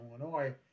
Illinois